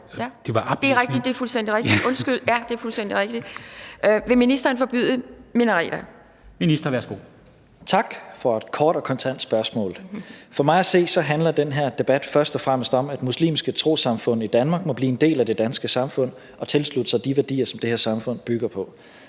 Dam Kristensen): Ministeren, værsgo. Kl. 13:41 Udlændinge- og integrationsministeren (Mattias Tesfaye): Tak for et kort og kontant spørgsmål. For mig at se handler den her debat først og fremmest om, at muslimske trossamfund i Danmark må blive en del af det danske samfund og tilslutte sig de værdier, som det her samfund bygger på.